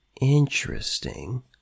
Interesting